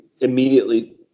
immediately